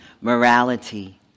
morality